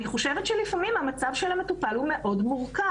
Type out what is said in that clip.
אני חושבת שלפעמים המצב של המטופל הוא מאוד מורכב.